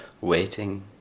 waiting